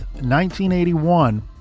1981